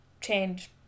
change